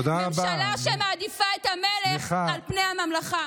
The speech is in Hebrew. ממשלה שמעדיפה את המלך על פני הממלכה.